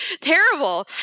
Terrible